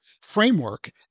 framework